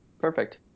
Perfect